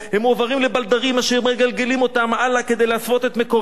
הם מועברים לבלדרים אשר מגלגלים אותם הלאה כדי להסוות את מקורם,